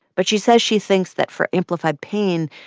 but she says she thinks that for amplified pain,